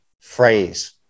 phrase